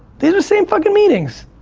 these are the same fucking meetings,